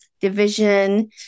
division